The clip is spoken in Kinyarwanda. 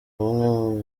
umwe